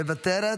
מוותרת.